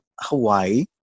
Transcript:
Hawaii